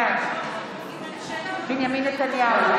בעד בנימין נתניהו,